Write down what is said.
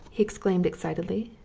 he exclaimed excitedly.